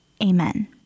Amen